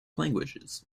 languages